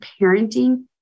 parenting